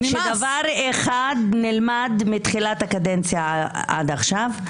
-- שדבר אחד נלמד מתחילת הקדנציה עד עכשיו,